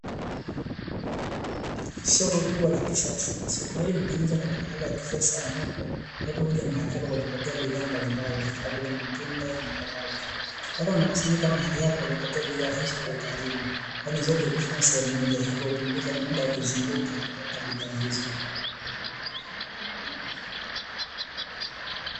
Soko kubwa la kisasa. Soko hili limetengenezwa katika hali ya kisasa ambapo watu huja mahali hapo kujipatia bidhaa mbalimbali kama vile matunda na kadhalika. Watu wanaokusanyika mahali hapa kujipatia bidhaa hizo kwa ukaribu kwani zote hukusanywa sehemu moja hivyo hupunguza mda wa kuzunguka kutafuta bidhaa hizo.